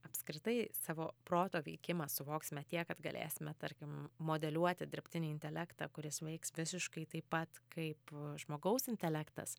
apskritai savo proto veikimą suvoksime tiek kad galėsime tarkim modeliuoti dirbtinį intelektą kuris veiks visiškai taip pat kaip žmogaus intelektas